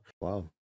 wow